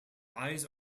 eyes